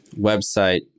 website